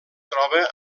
troba